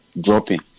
dropping